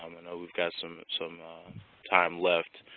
um and know we've got some some time left.